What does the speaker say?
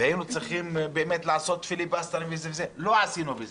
שהיינו צריכים לעשות עליו פיליבסטר ולא עשינו.